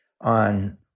on